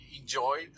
enjoyed